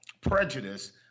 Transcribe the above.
prejudice